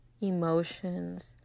emotions